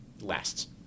lasts